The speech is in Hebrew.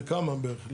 לכמה בערך?